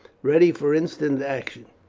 ready for instant action.